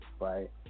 right